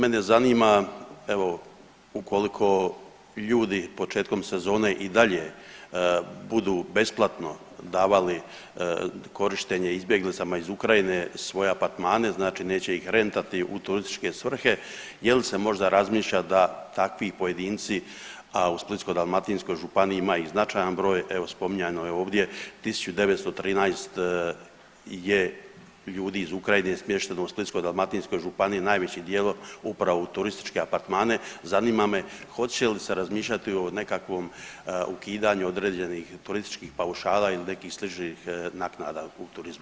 Mene zanima evo ukoliko ljudi početkom sezone i dalje budu besplatno davali korištenje izbjeglicama iz Ukrajine svoje apartmane znači neće ih rentati u turističke svrhe, jel se možda razmišlja da takvi pojedinci, a u Splitsko-dalmatinskoj županiji ima ih značajan broj, evo spominjano je ovdje 1.913 je ljudi iz Ukrajine je smješteno u Splitsko-dalmatinskoj županiji najvećim dijelom upravo u turističke apartmane, zanima me hoće li se razmišljati o nekakvom ukidanju određenih turističkih paušala ili nekih sličnih naknada u turizmu.